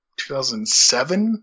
2007